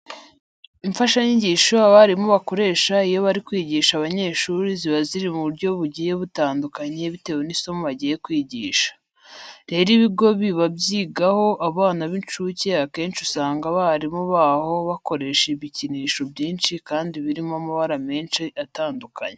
Imfashanyigisho abarimu bakoresha iyo bari kwigisha abanyeshuri ziba ziri mu buryo bugiye butandukanye bitewe n'isomo bagiye kwigisha. Rero ibigo biba byigaho abana b'incuke akenshi usanga abarimu baho bakoresha ibikinisho byinshi kandi birimo amabara menshi atandukanye.